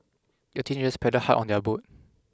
the teenagers paddled hard on their boat